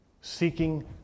seeking